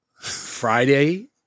Friday